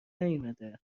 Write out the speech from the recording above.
نیومده